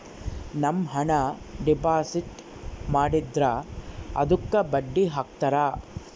ನಮ್ ಹಣ ಡೆಪಾಸಿಟ್ ಮಾಡಿದ್ರ ಅದುಕ್ಕ ಬಡ್ಡಿ ಹಕ್ತರ